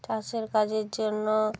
চাষের কাজের জন্য